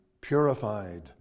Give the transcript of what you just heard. purified